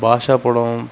பாஷா படம்